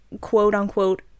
quote-unquote